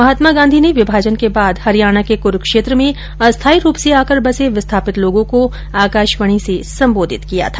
महात्मा गांधी ने विभाजन के बाद हरियाणा के कुरूक्षेत्र में अस्थाई रूप से आकर बसे विस्थापित लोगों को आकाशवाणी से संबोधित किया था